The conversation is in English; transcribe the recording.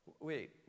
wait